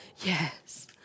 Yes